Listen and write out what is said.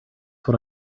what